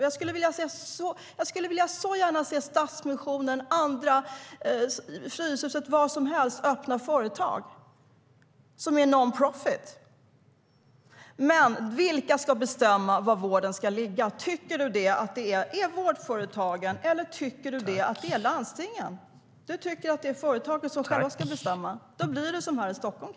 Jag skulle så gärna vilja se Stadsmissionen och andra, Fryshuset och vad som helst, starta företag som är non-profit. Men vilka ska bestämma var vården ska ligga? Tycker du att det är vårdföretagen eller att det är landstingen som ska göra det? Du tycker att det är företagen som själva ska bestämma. Då blir det kanske som här i Stockholm.